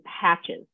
patches